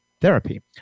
Therapy